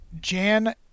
Jan